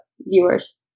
Viewers